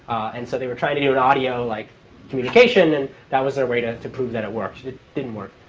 and so they were trying to do an audio like communication. and that was their way to to prove that it worked. it didn't work.